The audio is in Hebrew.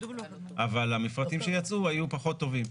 אבל המפרטים שיצאו היו פחות טובים.